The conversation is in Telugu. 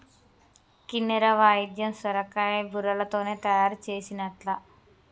కిన్నెర వాయిద్యం సొరకాయ బుర్రలతోనే తయారు చేసిన్లట